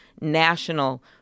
national